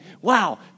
Wow